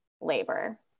labor